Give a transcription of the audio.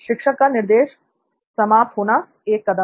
शिक्षक का निर्देश समाप्त होना एक कदम है